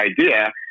idea